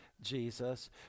Jesus